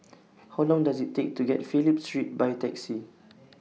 How Long Does IT Take to get to Phillip Street By Taxi